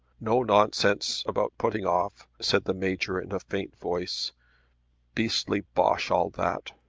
no nonsense about putting off, said the major in a faint voice beastly bosh all that!